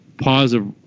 positive